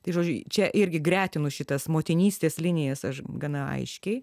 tai žodžiu čia irgi gretinu šitas motinystės linijas aš gana aiškiai